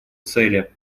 цели